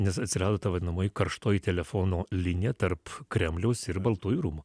nes atsirado ta vadinamoji karštoji telefono linija tarp kremliaus ir baltųjų rūmų